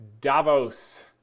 Davos